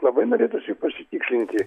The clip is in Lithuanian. labai norėtųsi pasitikslinti